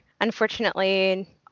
Unfortunately